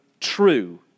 true